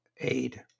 aid